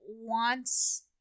wants